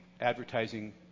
advertising